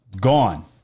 Gone